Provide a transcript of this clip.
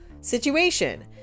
situation